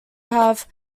have